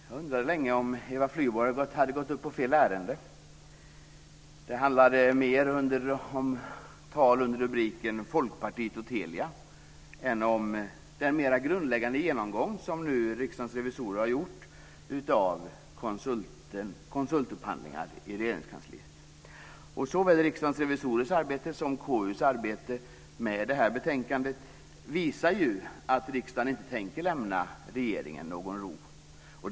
Herr talman! Jag undrade länge om Eva Flyborg hade begärt ordet i fel ärende. Det handlade mer om rubriken Folkpartiet och Telia än om den mera grundläggande genomgång som Riksdagens revisorer nu har gjort av konsultupphandlingar i Regeringskansliet. Såväl Riksdagens revisorers arbete som konstitutionsutskottets arbete med det här betänkandet visar ju att riksdagen inte tänker lämna regeringen någon ro.